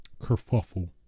kerfuffle